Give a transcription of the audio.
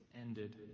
ended